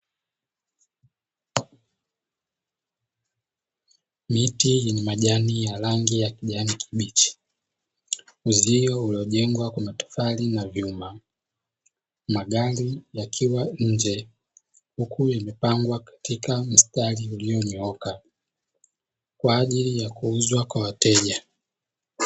Miti yenye majani ya rangi ya kijani kibichi, uzio uliojengwa kwa matofali na vyuma, magari yakiwa nje huku yamepangwa katika mstari ulionyooka kwa ajili ya kuuzwa kwa wateja.